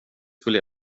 skulle